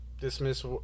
dismiss